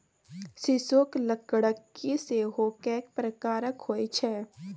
सीसोक लकड़की सेहो कैक प्रकारक होए छै